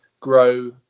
grow